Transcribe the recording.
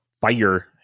fire